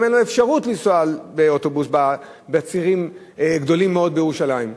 וגם אין לו אפשרות לנסוע באוטובוס בצירים גדולים מאוד בירושלים,